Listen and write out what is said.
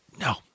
No